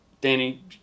Danny